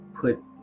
put